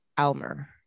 Almer